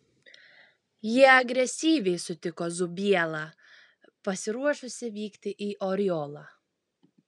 jie agresyviai sutiko zubielą pasiruošusį vykti į oriolą